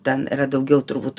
ten yra daugiau turbūt